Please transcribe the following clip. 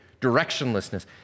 directionlessness